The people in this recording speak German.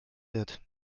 wird